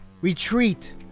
Retreat